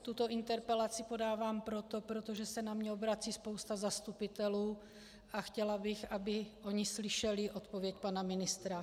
Tuto interpelaci podávám, protože se na mě obrací spousta zastupitelů a chtěla bych, aby oni slyšeli odpověď pana ministra.